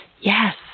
Yes